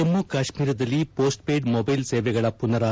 ಜಮ್ಮ ಕಾಶ್ಮೀರದಲ್ಲಿ postpaid mobile ಸೇವೆಗಳ ಪುನರಾರಂಭ